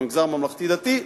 במגזר הממלכתי-דתי,